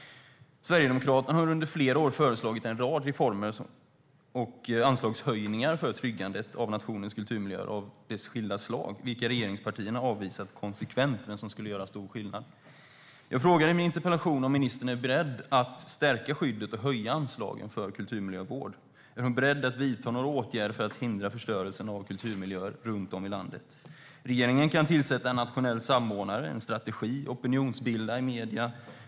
Sverigedemokraterna har under flera år föreslagit en rad reformer och anslagshöjningar för tryggande av nationens kulturmiljöer av skilda slag. Dem har regeringspartierna avvisat konsekvent, men de skulle göra stor skillnad. Jag frågar i min interpellation om ministern är beredd att stärka skyddet och höja anslagen för kulturmiljövård. Är hon beredd att vidta några åtgärder för att hindra förstörelsen av kulturmiljöer runt om i landet? Regeringen kan tillsätta en nationell samordnare, utarbeta en strategi och opinionsbilda i medierna.